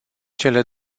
cele